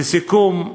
לסיכום,